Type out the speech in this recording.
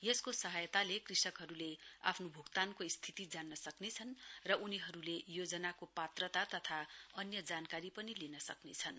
यसको सहायताले कृषकहरूले आफ्नो भूक्तानको स्थिति जान्न सक्नेछन् र उनीहरूले योजनाको पात्रता तथा अन्य जानकारी पनि लिन सक्नेछन्